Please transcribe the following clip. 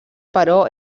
però